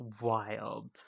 wild